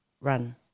run